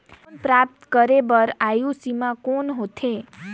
Loan प्राप्त करे बर आयु सीमा कौन होथे?